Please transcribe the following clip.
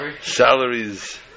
Salaries